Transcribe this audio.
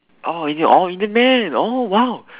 oh indian oh indian man oh !wow!